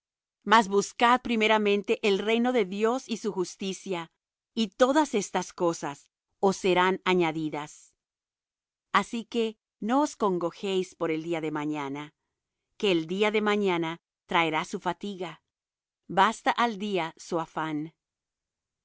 mas buscad primeramente el reino de dios y su justicia y todas estas cosas os serán añadidas así que no os congojéis por el día de mañana que el día de mañana traerá su fatiga basta al día su afán